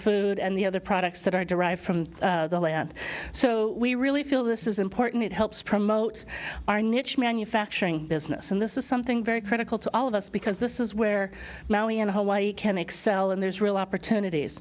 food and the other products that are derived from the land so we really feel this is important it helps promote our niche manufacturing business and this is something very critical to all of us because this is where maui in hawaii can excel and there's real opportunities